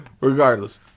regardless